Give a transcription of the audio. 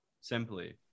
Simply